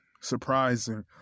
surprising